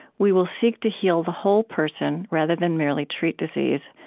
we will seek to heal the whole person, rather than merely treat disease,